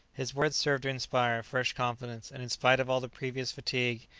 his words served to inspire a fresh confidence, and in spite of all the previous fatigue,